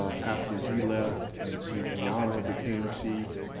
after he left and chief yahner became chief